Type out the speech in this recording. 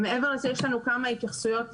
יש לנו כמה התייחסויות